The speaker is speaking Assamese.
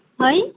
হয়